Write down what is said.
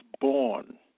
born